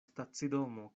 stacidomo